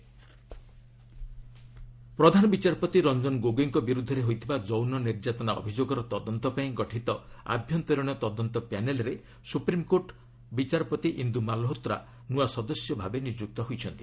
SC Indu Malhotra ପ୍ରଧାନ ବିଚାରପତି ରଞ୍ଜନ ଗୋଗୋଇଙ୍କ ବିରୁଦ୍ଧରେ ହୋଇଥିବା ଯୌନ ନିର୍ଯାତନା ଅଭିଯୋଗର ତଦନ୍ତ ପାଇଁ ଗଠିତ ଆଭ୍ୟନ୍ତରୀଣ ତଦନ୍ତ ପ୍ୟାନେଲ୍ରେ ସୁପ୍ରିମ୍କୋର୍ଟ ବିଚାରପତି ଇନ୍ଦୁ ମାଲ୍ହୋତ୍ରା ନୂଆ ସଦସ୍ୟ ଭାବେ ନିଯୁକ୍ତ ହୋଇଛନ୍ତି